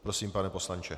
Prosím, pane poslanče.